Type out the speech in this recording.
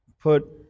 put